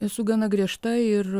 esu gana griežta ir